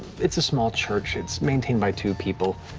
it's a small church, it's maintained by two people,